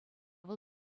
вӑл